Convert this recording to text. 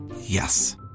Yes